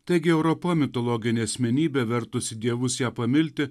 taigi europa mitologinė asmenybė vertusi dievus ją pamilti